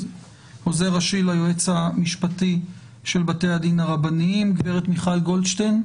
עוזר ראשי ליועץ המשפטי של בתי הדין הרבניים; גברת מיכל גולדשטיין,